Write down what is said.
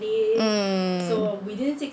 mm